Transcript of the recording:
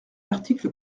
l’article